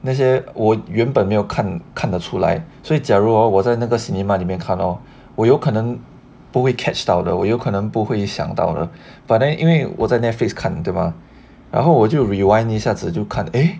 那些我原本没有看看得出来所以假如 hor 我在那个 cinema 里面看 hor 我有可能不会 catch 到的我有可能不会想到的 but then 因为我在 netflix 看对吗然后我就 rewind 一下子就看诶